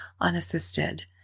unassisted